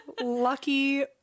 lucky